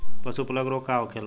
पशु प्लग रोग का होखेला?